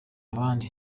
abandi